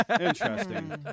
Interesting